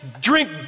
drink